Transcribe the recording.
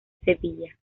sevilla